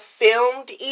filmed